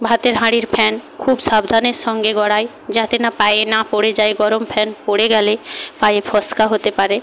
ভাতের হাঁড়ির ফ্যান খুব সাবধানের সঙ্গে গড়াই যাতে না পায়ে না পড়ে যায় গরম ফ্যান পড়ে গেলে পায়ে ফোসকা হতে পারে